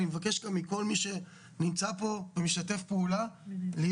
אני מבקש גם מכל מי שנמצא פה ומשתף פעולה להיות